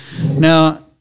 Now